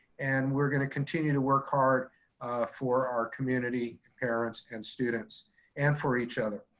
and we're going to continue to work hard for our community and parents and students and for each other.